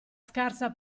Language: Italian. scarsa